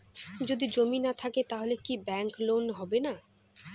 যদি জমি না থাকে তাহলে কি ব্যাংক লোন হবে না?